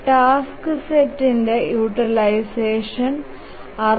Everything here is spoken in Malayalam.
ടാസ്ക് സെറ്റിന്റെ യൂട്ടിലൈസഷൻ 69